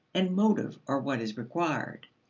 and motive are what is required.